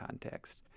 context